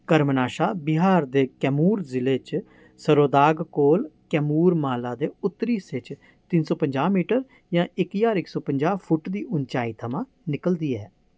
कर्मनाशा बिहार दे कैमूर जि'ले च सरोदाग कोल कैमूर माला दे उत्तरी हिस्से च तिन सौ पंजाह् मीटर जां इक ज्हार इक सौ पंजाह् फुट दी उंचाई थमां निकलदी ऐ